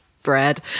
Bread